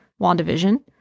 WandaVision